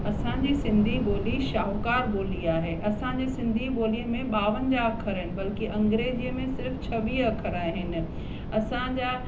असांजी सिंधी ॿोली शाहूकार ॿोली आहे असांजे सिंधी ॿोलीअ में ॿावंजाह अख़र आहिनि बल्क़ी अंग्रेजीअ में सिर्फ़ छवीह अख़र आहिनि असांजा